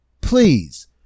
please